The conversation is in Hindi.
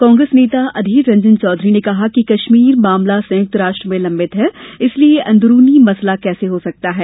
कांग्रेस नेता अधीर रंजन चौधरी ने कहा कि कश्मीर मामला संयुक्त राष्ट्र में लंबित है इसलिए यह अंदरूनी मसला कैसे हो सकता है